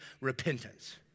repentance